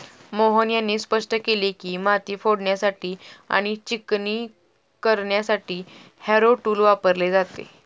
मोहन यांनी स्पष्ट केले की, माती फोडण्यासाठी आणि चिकणी करण्यासाठी हॅरो टूल वापरले जाते